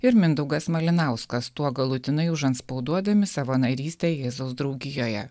ir mindaugas malinauskas tuo galutinai užantspauduodami savo narystę jėzaus draugijoje